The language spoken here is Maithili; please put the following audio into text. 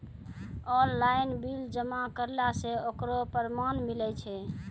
ऑनलाइन बिल जमा करला से ओकरौ परमान मिलै छै?